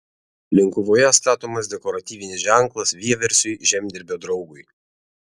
linkuvoje statomas dekoratyvinis ženklas vieversiui žemdirbio draugui